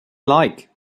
like